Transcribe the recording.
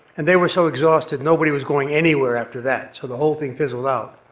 and they were so exhausted, nobody was going anywhere after that. so the whole thing fizzled out,